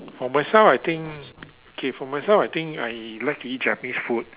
for myself I think okay for myself I think I like to eat Japanese food